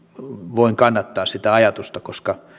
voin kannattaa koska